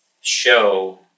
show